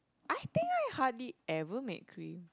I think I hardly ever make cream